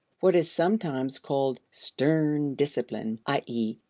what is sometimes called stern discipline, i e,